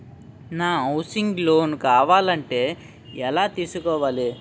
నాకు housing loan కావాలంటే ఎలా తీసుకోవాలి?